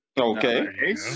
Okay